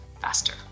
faster